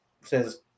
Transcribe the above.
says